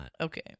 Okay